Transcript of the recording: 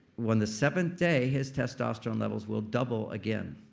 when the seventh day, his testosterone levels will double again,